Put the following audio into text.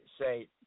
say